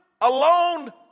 alone